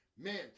Man